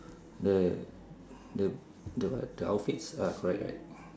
the the the what the outfits are correct right